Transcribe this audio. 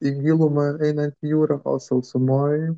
į gilumą einant į jūra o sausumoj